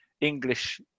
English